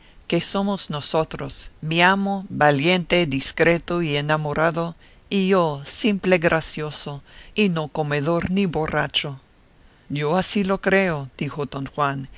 que somos nosotros mi amo valiente discreto y enamorado y yo simple gracioso y no comedor ni borracho yo así lo creo dijo don juan